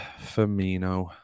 Firmino